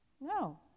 No